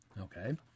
okay